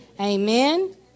amen